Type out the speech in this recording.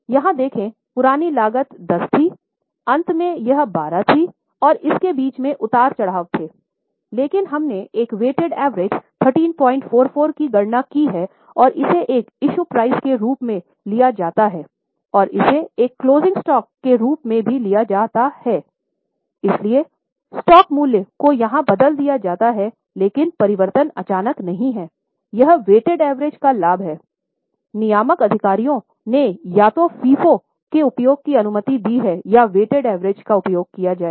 तो यहां देखें पुरानी लागत दस थी और अंत में यह 12 थी और इसके बीच में उतार चढ़ाव थे लेकिन हमने एक वेटेड एवरेज का उपयोग किया